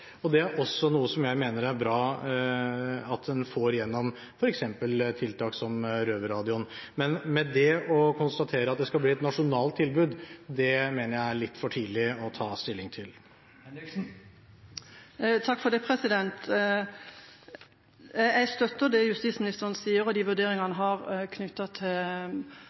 Det er også noe som jeg mener er bra at en får gjennom f.eks. tiltak som Røverradioen. Men det at det skal bli et nasjonalt tilbud, mener jeg er litt for tidlig å konstatere og ta stilling til. Jeg støtter det justisministeren sier, og de vurderingene han har